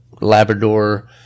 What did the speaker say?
Labrador